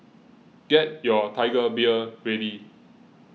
get your Tiger Beer ready